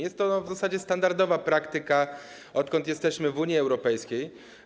Jest to w zasadzie standardowa praktyka, odkąd jesteśmy w Unii Europejskiej.